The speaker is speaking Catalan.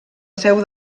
seu